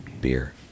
Beer